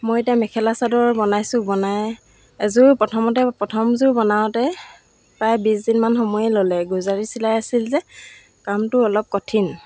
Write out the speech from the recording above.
মই এতিয়া মেখেলা চাদৰ বনাইছোঁ বনাই এযোৰ প্ৰথমতে প্ৰথমযোৰ বনাওঁতে প্ৰায় বিছ দিনমান সময় ল'লে গুজাৰাটী চিলাই আছিল যে কামটো অলপ কঠিন